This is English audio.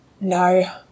No